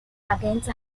against